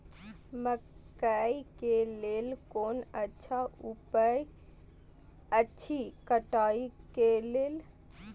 मकैय के लेल कोन अच्छा उपाय अछि कटाई के लेल?